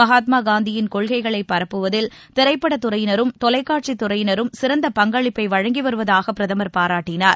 மகாத்மா காந்தியின் கொள்கைகளை பரப்புவதில் திரைப்படத் துறையினரும் தொலைக்காட்சித் துறையினரும் சிறந்த பங்களிப்பை வழங்கி வருவதாக பிரதமர் பாராட்டினார்